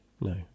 No